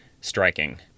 striking